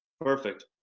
Perfect